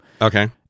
Okay